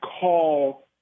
call